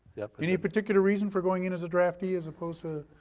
any particular reason for going in as a draftee, as opposed to